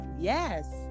yes